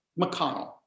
McConnell